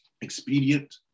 expedient